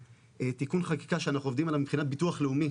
תיקון חקיקה שאנחנו עובדים עליו מבחינת ביטוח לאומי,